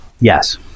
Yes